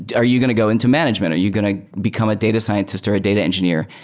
and are you going to go into management? are you going to become a data scientist or a data engineer?